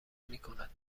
میکند